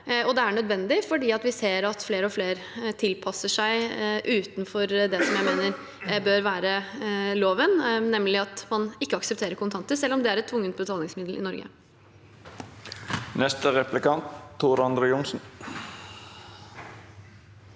Det er nødvendig fordi vi ser at flere og flere tilpasser seg utenfor det jeg mener bør være loven, nemlig at man ikke aksepterer kontanter selv om det er et tvungent betalingsmiddel i Norge. Tor André Johnsen